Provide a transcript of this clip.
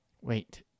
Wait